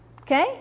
okay